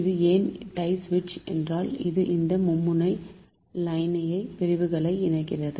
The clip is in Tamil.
இது ஏன் டை சுவிட்ச் என்றால் இது இந்த மும்முனை லைன் யை பிரிவுகளை இணைக்கிறது